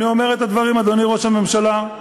אדוני ראש הממשלה,